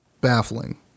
Baffling